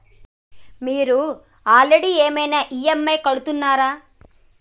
మీరు ఆల్రెడీ ఏమైనా ఈ.ఎమ్.ఐ కడుతున్నారా?